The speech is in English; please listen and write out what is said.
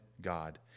God